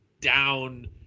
down